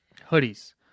hoodies